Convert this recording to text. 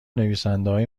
نویسندههای